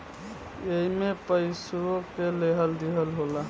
एईमे पइसवो के लेहल दीहल होला